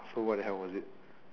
so what the hell was it